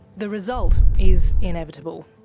the result is inevitable.